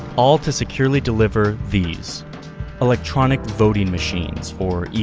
all to securely deliver these electronic voting machines or